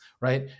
right